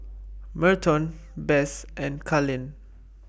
Merton Bess and Kalen